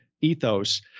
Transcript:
ethos